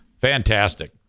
Fantastic